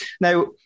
Now